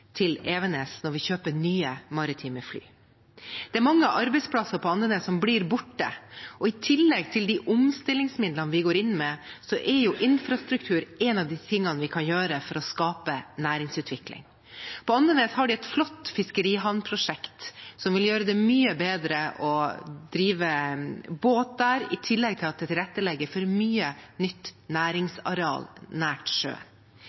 til Evenes når vi kjøper nye maritime fly. Det er mange arbeidsplasser på Andenes som blir borte, og i tillegg til omstillingsmidlene vi går inn med, er infrastruktur én av tingene vi kan bidra med for å skape næringsutvikling. På Andenes har de et flott fiskerihavnprosjekt som vil gjøre det mye bedre å drive med båt der, i tillegg til at det tilrettelegger for mye nytt næringsareal nær sjø.